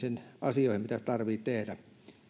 reagointia tapahtuneisiin asioihin mitä tarvitsee tehdä